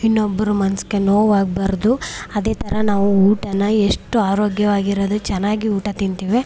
ಇನ್ನೊಬ್ಬರ ಮನ್ಸಿಗೆ ನೋವಾಗಬಾರ್ದು ಅದೇ ಥರ ನಾವು ಊಟನ ಎಷ್ಟು ಆರೋಗ್ಯವಾಗಿರೋದು ಚೆನ್ನಾಗಿ ಊಟ ತಿಂತೀವಿ